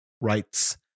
rights